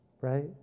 right